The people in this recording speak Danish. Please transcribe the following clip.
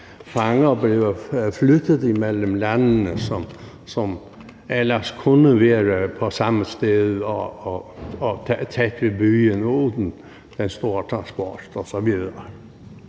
fanger bliver flyttet mellem landene, altså fanger, som ellers kunne være på samme sted, tæt på byen og uden den store transport osv.